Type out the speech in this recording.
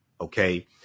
okay